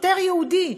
שוטר ייעודי.